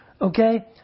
okay